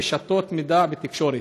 רשתות מידע ותקשורת.